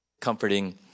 Comforting